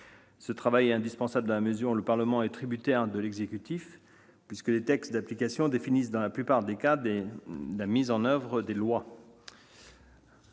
Ce travail est indispensable dans la mesure où le Parlement est tributaire de l'exécutif, les textes d'application définissant dans la plupart des cas la mise en oeuvre des lois.